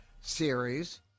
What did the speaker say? series